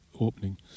opening